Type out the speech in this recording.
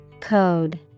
Code